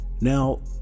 Now